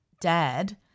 dad